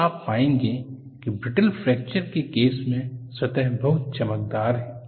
तो आप पाएंगे कि ब्रिटल फ्रैक्चर के केस में सतह बहुत चमकदार है